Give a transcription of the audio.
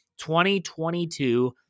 2022